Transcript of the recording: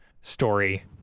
story